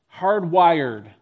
hardwired